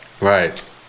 Right